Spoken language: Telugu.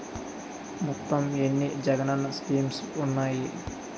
మొత్తం ఎన్ని జగనన్న స్కీమ్స్ ఉన్నాయి?